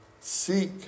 Seek